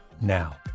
now